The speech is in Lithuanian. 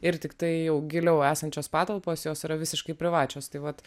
ir tiktai jau giliau esančios patalpos jos yra visiškai privačios tai vat